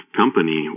company